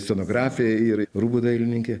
scenografė ir rūbų dailininkė